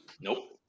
Nope